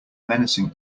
menacing